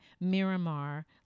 Miramar